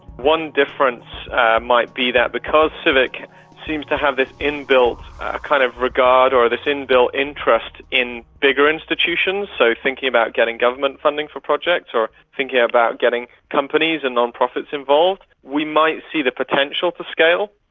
one difference might be that because civic seems to have this inbuilt kind of regard or this inbuilt interest in bigger institutions so thinking about getting government funding for projects or thinking about getting companies and non-profits involved, we might see the potential for scale,